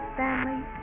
family